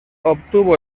obtuvo